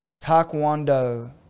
Taekwondo